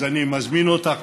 אני מזמין אותך,